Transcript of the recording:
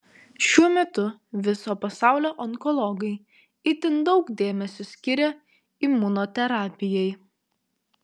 šiuo metu viso pasaulio onkologai itin daug dėmesio skiria imunoterapijai